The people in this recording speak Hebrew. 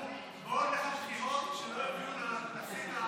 (הישיבה נפסקה בשעה